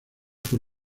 por